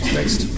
Next